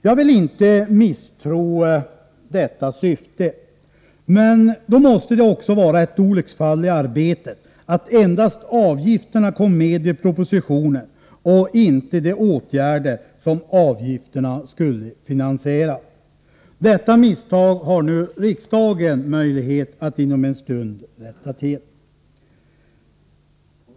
Jag vill inte misstro detta syfte, men då måste det vara ett olycksfall i arbetet att endast avgifterna kom med i propositionen och inte de åtgärder som avgifterna skulle finansiera. Detta misstag har riksdagen möjlighet att inom en stund rätta till.